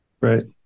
Right